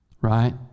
Right